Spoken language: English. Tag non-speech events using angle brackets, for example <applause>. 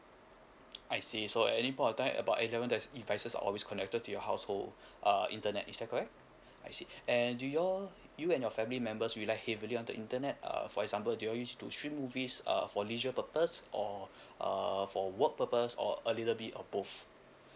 <noise> I see so at any point of time about eleven de~ devices are always connected to your household <breath> uh internet is that correct I see and do you all you and your family members rely heavily on the internet uh for example you all used to stream movies err for leisure purpose or <breath> err for work purpose or a little bit of both